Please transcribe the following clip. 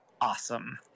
awesome